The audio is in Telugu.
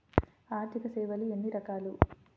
ఆర్థిక సేవలు ఎన్ని రకాలు?